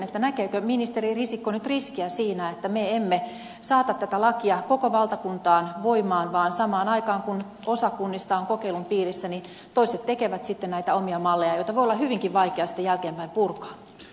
mielellään kuulisin näkeekö ministeri risikko nyt riskiä siinä että me emme saata tätä lakia voimaan koko valtakuntaan vaan samaan aikaan kun osa kunnista on kokeilun piirissä toiset tekevät näitä omia mallejaan joita voi olla hyvinkin vaikea sitten jälkeenpäin purkaa